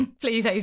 Please